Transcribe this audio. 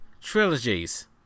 trilogies